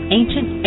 ancient